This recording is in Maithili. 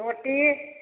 रोटी